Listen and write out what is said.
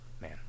Man